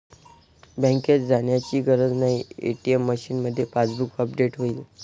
बँकेत जाण्याची गरज नाही, ए.टी.एम मशीनमध्येच पासबुक अपडेट होईल